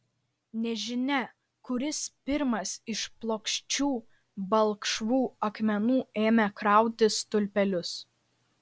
nežinia kuris pirmas iš plokščių balkšvų akmenų ėmė krauti stulpelius